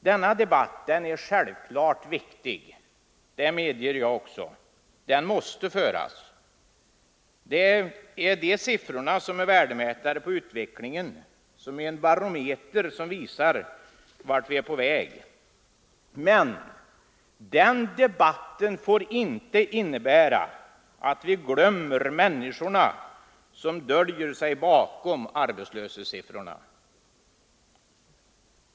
Denna debatt är självklart viktig, det medger jag också. Den måste föras. Det är de siffrorna som är värdemätare på utvecklingen, en barometer som visar vart vi är på väg. Men den debatten får inte innebära att vi glömmer människorna som döljer sig bakom arbetslöshetssiffrorna.